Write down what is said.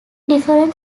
different